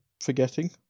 forgetting